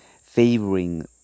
favoring